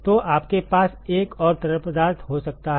तो आपके पास एक और तरल पदार्थ हो सकता है